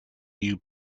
you